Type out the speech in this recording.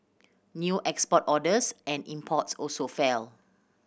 new export orders and imports also fell